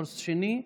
קורס שני,